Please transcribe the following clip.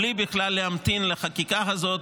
בלי להמתין בכלל לחקיקה הזאת,